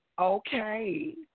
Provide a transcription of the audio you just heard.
Okay